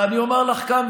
ואני אומר לך כאן,